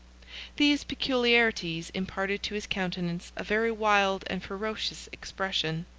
these peculiarities imparted to his countenance a very wild and ferocious expression.